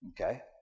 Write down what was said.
okay